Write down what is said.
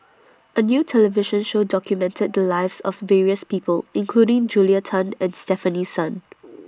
A New television Show documented The Lives of various People including Julia Tan and Stefanie Sun